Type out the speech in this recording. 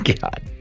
God